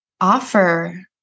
offer